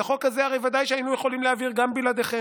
את החוק הזה הרי ודאי שהיינו יכולים להעביר גם בלעדיכם.